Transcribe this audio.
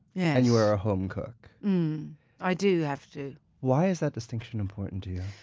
yeah you are a home cook i do have to why is that distinction important to you?